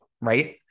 right